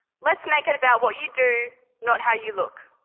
let's make it about what you do not how you look.